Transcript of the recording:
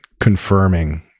confirming